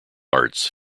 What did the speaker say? arts